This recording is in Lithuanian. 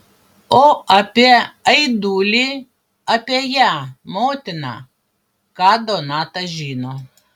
o apie aidulį apie ją motiną ką donata žino